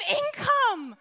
income